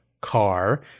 car